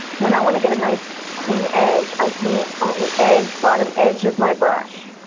when i want to get a nice, clean edge i paint on the edge, bottom edge, of my brush.